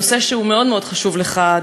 נושא שהוא מאוד מאוד חשוב לך,